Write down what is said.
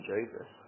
Jesus